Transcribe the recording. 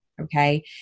Okay